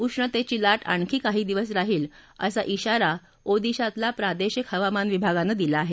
उष्णतेची लाट आणखी काही दिवस राहील असा इशारा ओडिशातल्या प्रादेशिक हवामान विभागानं दिला आहे